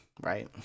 right